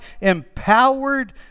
empowered